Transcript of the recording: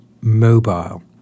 mobile